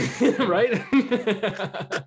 right